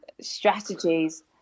strategies